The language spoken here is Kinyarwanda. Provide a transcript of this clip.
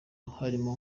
harimo